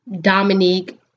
Dominique